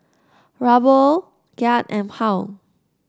Ruble Kyat and Pound